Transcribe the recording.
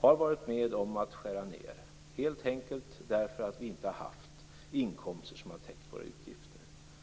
har varit med om att skära ned, helt enkelt därför att vi inte har haft inkomster som täckt våra utgifter.